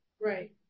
Right